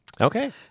Okay